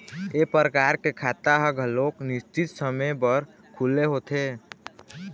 ए परकार के खाता ह घलोक निस्चित समे बर खुले होथे